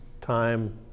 time